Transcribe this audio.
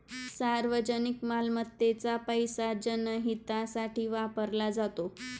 सार्वजनिक मालमत्तेचा पैसा जनहितासाठी वापरला जातो